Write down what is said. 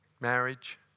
marriage